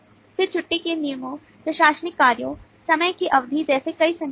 फिर छुट्टी के नियमों प्रशासनिक कार्यों समय की अवधि जैसी कई संज्ञाएं हैं